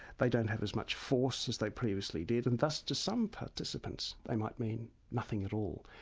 they don't have as much force as they previously did and thus to some participants they might mean nothing at all.